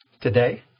today